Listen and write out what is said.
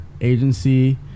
Agency